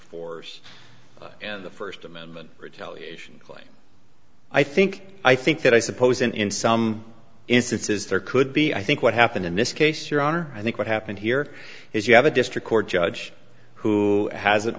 force and the first amendment or television play i think i think that i suppose in in some instances there could be i think what happened in this case your honor i think what happened here is you have a district court judge who hasn't